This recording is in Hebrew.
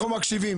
אנחנו מקשיבים.